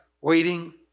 waiting